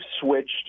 switched